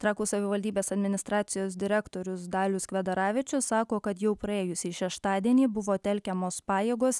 trakų savivaldybės administracijos direktorius dalius kvedaravičius sako kad jau praėjusį šeštadienį buvo telkiamos pajėgos